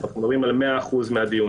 אנחנו מדברים על 100% מהדיונים.